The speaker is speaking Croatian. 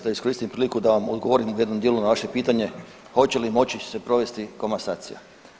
Da iskoristim priliku da vam odgovorim u jednom dijelu na vaše pitanje, hoće li moći se provesti komasacija.